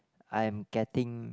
I am getting